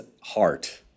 heart